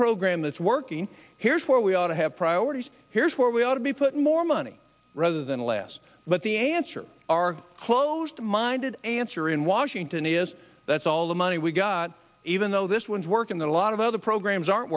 program that's working here's where we ought to have priorities here's where we ought to be putting more money rather than less but the answer are closed minded answer in washington is that's all the money we got even though this would work in that a lot of other programs aren't